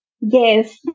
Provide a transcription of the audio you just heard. Yes